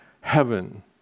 heaven